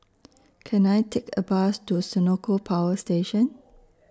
Can I Take A Bus to Senoko Power Station